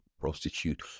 prostitute